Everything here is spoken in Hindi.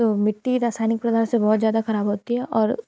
तो मिट्टी रसायनिक प्रदार्थ से बहुत ज़्यादा ख़राब होती है और